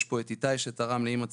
יש פה את איתי שתרם לאמא צעירה,